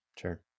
Sure